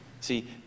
See